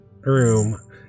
room